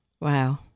Wow